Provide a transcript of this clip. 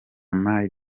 may